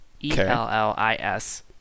E-L-L-I-S